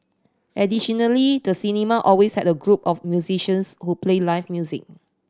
additionally the cinema always had a group of musicians who played live music